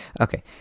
Okay